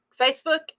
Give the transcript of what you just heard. Facebook